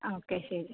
okay ശരി